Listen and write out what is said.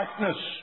darkness